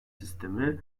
sisteme